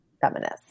feminist